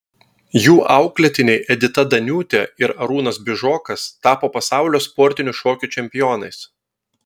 jų auklėtiniai edita daniūtė ir arūnas bižokas tapo pasaulio sportinių šokių čempionais